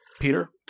Peter